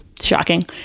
shocking